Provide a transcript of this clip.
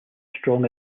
strong